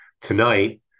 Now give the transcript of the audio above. tonight